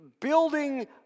building